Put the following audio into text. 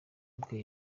bwe